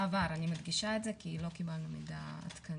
בעבר, אני מדגישה את זה, כי לא קיבלנו מידע עדכני.